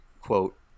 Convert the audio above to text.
quote